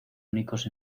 únicos